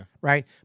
Right